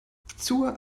zur